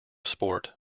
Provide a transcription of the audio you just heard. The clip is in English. sport